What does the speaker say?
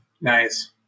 nice